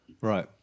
Right